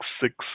six